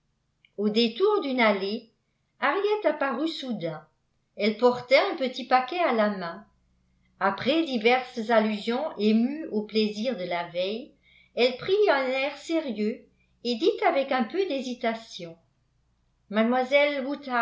au détour d'une allée henriette apparut soudain elle portait un petit paquet à la main après diverses allusions émues aux plaisir de la veille elle prit un air sérieux et dit avec un peu d'hésitation mademoiselle